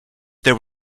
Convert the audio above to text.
there